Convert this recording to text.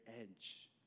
edge